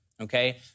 Okay